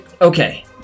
okay